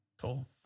Cool